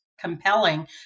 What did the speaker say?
compelling